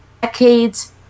decades